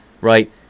Right